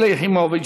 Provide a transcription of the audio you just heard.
שלי יחימוביץ,